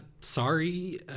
sorry